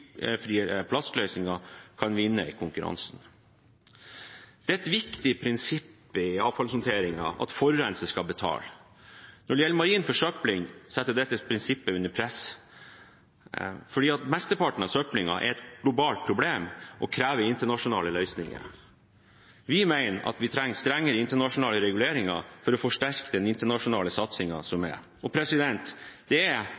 plastløsninger kan vinne i konkurransen. Det er et viktig prinsipp i avfallshåndteringen at forurenser skal betale. Når det gjelder marin forsøpling, settes dette prinsippet under press fordi mesteparten av forsøplingen er et globalt problem og krever internasjonale løsninger. Vi mener at vi trenger strengere internasjonale reguleringer for å forsterke den internasjonale satsingen. Det er